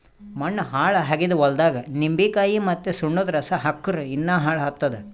ಮಣ್ಣ ಹಾಳ್ ಆಗಿದ್ ಹೊಲ್ದಾಗ್ ನಿಂಬಿಕಾಯಿ ಮತ್ತ್ ಸುಣ್ಣದ್ ರಸಾ ಹಾಕ್ಕುರ್ ಇನ್ನಾ ಹಾಳ್ ಆತ್ತದ್